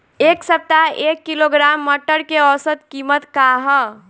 एक सप्ताह एक किलोग्राम मटर के औसत कीमत का ह?